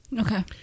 Okay